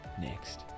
next